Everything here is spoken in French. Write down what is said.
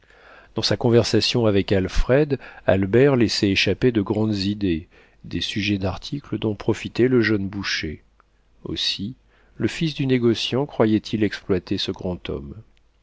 dans sa conversation avec alfred albert laissait échapper de grandes idées des sujets d'articles dont profitait le jeune boucher aussi le fils du négociant croyait-il exploiter ce grand homme